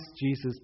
Jesus